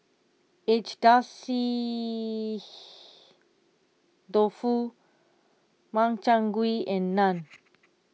Agedashi Dofu Makchang Gui and Naan